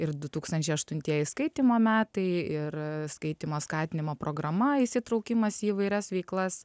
ir du tūkstančiai aštuntieji skaitymo metai ir skaitymo skatinimo programa įsitraukimas į įvairias veiklas